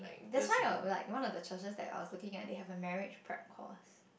that's why like one of the churches that I was looking at they have a marriage prep course